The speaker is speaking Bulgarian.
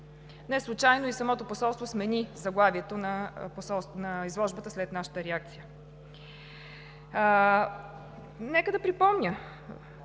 Неслучайно и самото посолство смени заглавието на изложбата след нашата реакция. Нека да припомня: